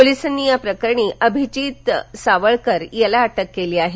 पोलिसांनी या प्रकरणी अभिजित सावळकर याला अटक केली आहे